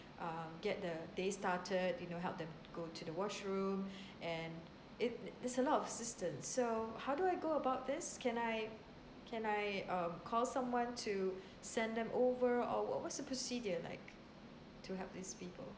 uh get the day started you know help them to go to the washroom and if the~ there's a lot of assistance so how do I go about this can I can I um call someone to send them over or wha~ what's the procedure like to help these people